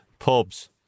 pubs